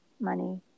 money